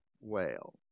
whale